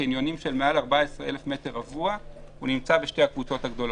בקניונים מעל 14,000 מטר רבוע נמצא בשתי הקבוצות הגדולות.